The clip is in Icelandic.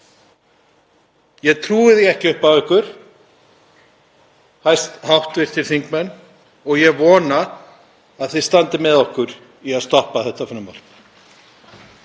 Ég trúi því ekki upp á ykkur, hv. þingmenn, og ég vona að þið standið með okkur í að stoppa þetta frumvarp.